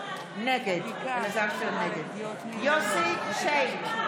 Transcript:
נגד יוסף שיין,